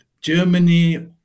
Germany